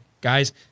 guys